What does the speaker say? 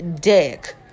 dick